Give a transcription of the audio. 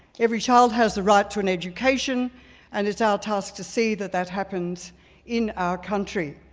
every child has the right to an education and it's our task to see that that happens in our country.